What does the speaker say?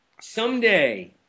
someday